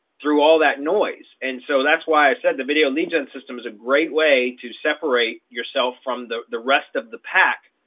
through all that noise. and so that's why i said the video lead gen system is a great way to separate yourself from the the rest of the pack,